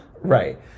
Right